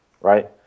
right